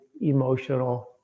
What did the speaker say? emotional